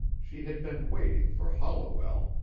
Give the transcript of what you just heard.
she had been waiting for holliwell,